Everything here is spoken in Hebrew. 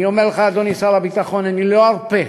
אני אומר לך, אדוני שר הביטחון, אני לא ארפה.